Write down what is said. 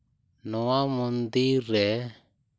ᱱᱚᱣᱟ ᱢᱚᱱᱫᱤᱨ ᱨᱮ